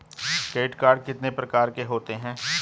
Credit card कितने प्रकार के होते हैं?